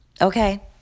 Okay